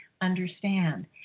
understand